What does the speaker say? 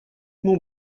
mon